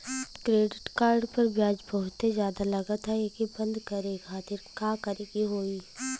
Credit card पर ब्याज बहुते ज्यादा लगत ह एके बंद करे खातिर का करे के होई?